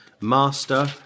master